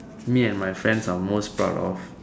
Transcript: me and my friends are most proud of